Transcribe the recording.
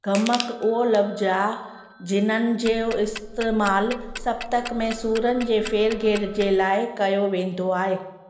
गमक उहो लफ़ज़ु आहे जिन्हनि जो इस्तेमाल सप्तक में सुरनि जे फेरघेर जे लाइ कयो वेंदो आहे